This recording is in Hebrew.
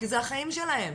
כי זה החיים שלהם,